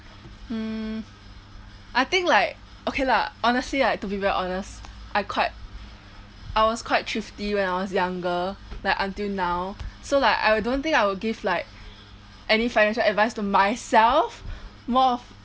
mm I think like okay lah honestly like to be very honest I quite I was quite thrifty when I was younger like until now so like I will don't think I will give like any financial advice to myself more of